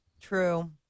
true